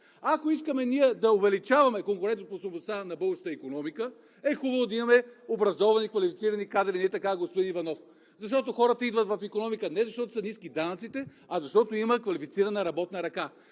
Ако искаме да увеличаваме конкурентоспособността на българската икономика, е хубаво да имаме образовани и квалифицирани кадри, нали така, господин Иванов? Хората идват в икономиката не защото са ниски данъците, а защото има квалифицирана работна ръка.